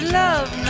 love